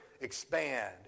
expand